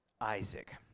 Isaac